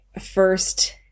first